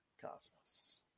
cosmos